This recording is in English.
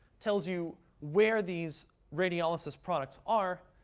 tells you where these radiolysis products are.